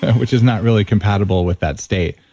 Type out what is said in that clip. which is not really compatible with that state.